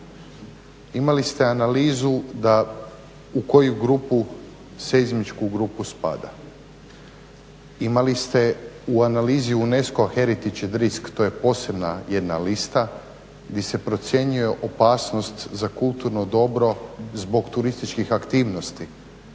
Imali ste analizu da u koju grupu seizmičku grupu spada, imali ste u analizi UNESCO …/Govornik se ne razumije./… to je posebna jedna lista gdje se procjenjuje opasnost za kulturno dobro zbog turističkih aktivnosti.